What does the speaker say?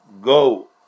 go